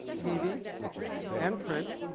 tv and print,